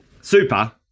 super